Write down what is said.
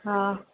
हा